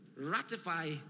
ratify